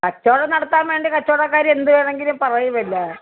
കച്ചവടം നടത്താൻ വേണ്ടി കച്ചവടക്കാർ എന്ത് വേണമെങ്കിലും പറയുമല്ലോ